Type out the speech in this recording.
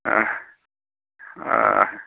ꯑꯥ ꯑꯥ